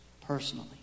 Personally